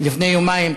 לפני יומיים,